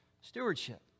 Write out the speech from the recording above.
stewardship